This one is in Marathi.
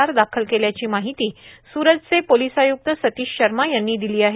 आर दाखल केल्याची माहिती सुरतचे पोलीस आयुक्त सतीश शर्मा यांनी दिली आहे